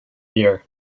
gear